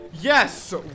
yes